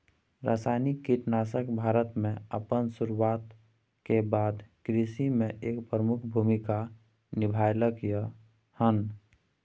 रासायनिक कीटनाशक भारत में अपन शुरुआत के बाद से कृषि में एक प्रमुख भूमिका निभलकय हन